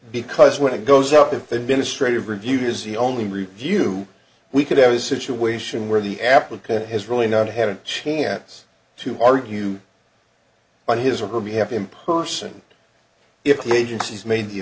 because when it goes up if the ministry of review is the only review we could have a situation where the applicant has really not had a chance to argue on his or her behalf in person if the agencies made the